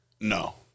No